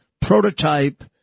prototype